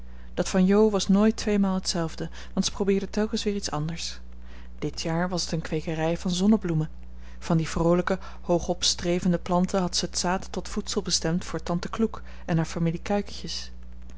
dat van jo was nooit tweemaal hetzelfde want ze probeerde telkens weer iets anders dit jaar was het een kweekerij van zonnebloemen van die vroolijke hoogop strevende planten had ze het zaad tot voedsel bestemd voor tante kloek en haar familie kuikentjes